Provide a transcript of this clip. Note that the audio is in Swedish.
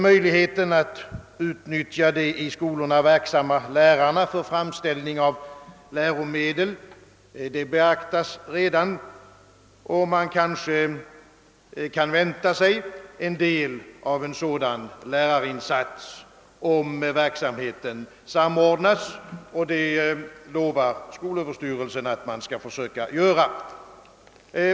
Möjligheterna att utnyttja de i skolorna verksamma lärarna för framställning av läromedel beaktas redan, och man kan kanske vänta sig en del av en sådan lärarinsats om verksamheten samordnas, vilket skolöverstyrelsen skall försöka göra.